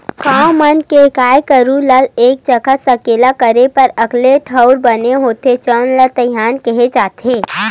गाँव मन के गाय गरू ल एक जघा सकेला करे बर अलगे ठउर बने होथे जउन ल दईहान केहे जाथे